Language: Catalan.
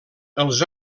els